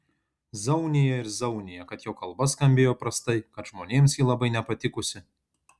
zaunija ir zaunija kad jo kalba skambėjo prastai kad žmonėms ji labai nepatikusi